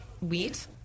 Wheat